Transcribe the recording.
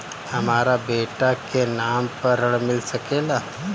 हमरा बेटा के नाम पर ऋण मिल सकेला?